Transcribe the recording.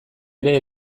ere